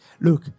Look